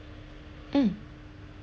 mm